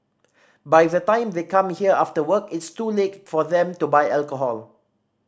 by the time they come here after work it's too late for them to buy alcohol